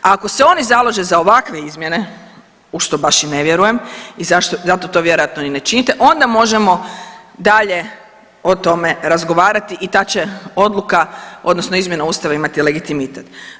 Ako se oni založe za ovakve izmjene u što vaš i ne vjerujem i zato to vjerojatno ni ne činite, onda možemo dalje o tome razgovarati i ta će odluka odnosno izmjena Ustava imati legitimitet.